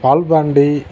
Palpandi